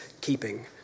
keeping